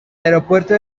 aeropuerto